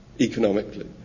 economically